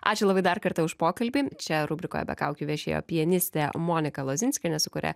ačiū labai dar kartą už pokalbį čia rubrikoje be kaukių viešėjo pianistė monika lozinskienė su kuria